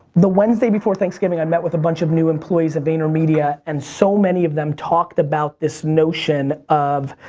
the wednesday before thanksgiving i met with a bunch of new employees at vaynermedia, and so many of them talked about this notion of